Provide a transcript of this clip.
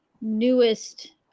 newest